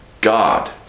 God